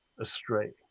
astray